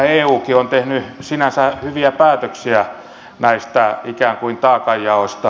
nythän eukin on tehnyt sinänsä hyviä päätöksiä näistä ikään kuin taakanjaoista